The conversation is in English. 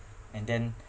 and then